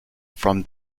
from